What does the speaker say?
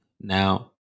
now